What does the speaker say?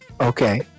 Okay